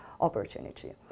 opportunity